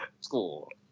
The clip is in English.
school